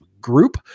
group